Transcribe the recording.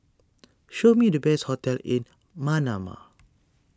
show me the best hotels in Manama